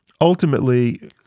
ultimately